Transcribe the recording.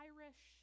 Irish